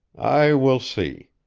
i will see.